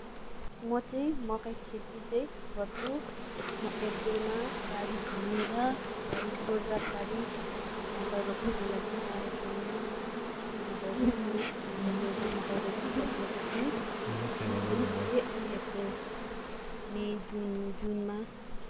म चाहिँ मकै खेती चाहिँ गर्छु म एप्रिलमा बारी खेनेर बारी कोरकार पारी मकै रोप्ने बेला हुन्छ एप्रिलमा मकै रोप्छु एप्रिलमा मकै रोपि सकेपछि त्यसपिछे एप्रिल मे जुन जुनमा